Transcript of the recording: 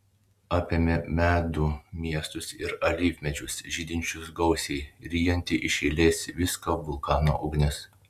apėmė medų miestus ir alyvmedžius žydinčius gausiai ryjanti iš eilės viską vulkano ugnis